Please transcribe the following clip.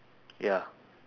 ya